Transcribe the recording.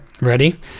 Ready